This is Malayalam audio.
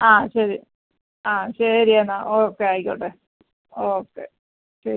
ആ ശരി ആ ശരി എന്നാൽ ഓക്കെ ആയിക്കോട്ടെ ഓക്കെ ശരി